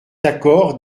accord